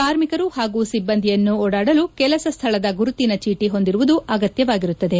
ಕಾರ್ಮಿಕರು ಹಾಗೂ ಸಿಬ್ಬಂದಿ ಓಡಾಡಲು ಕೆಲಸ ಸ್ವಳದ ಗುರುತಿನ ಚೀಟಿ ಹೊಂದಿರುವುದು ಅಗತ್ತವಾಗಿರುತ್ತದೆ